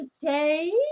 today